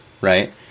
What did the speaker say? Right